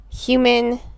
human